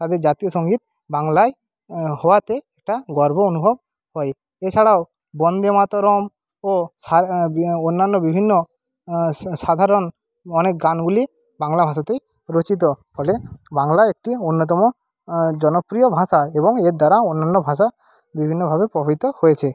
তাদের জাতীয় সঙ্গীত বাংলায় হওয়াতে একটা গর্ব অনুভব হয় এছাড়াও বন্দে মাতরম ও সার অন্যান্য বিভিন্ন সাধারণ অনেক গানগুলি বাংলা ভাষাতেই রচিত ফলে বাংলা একটি অন্যতম জনপ্রিয় ভাষা এবং এর দ্বারা অন্যান্য ভাষা বিভিন্নভাবে হয়েছে